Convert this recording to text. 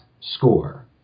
score